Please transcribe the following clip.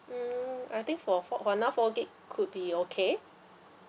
mm I think for for now four gig could be okay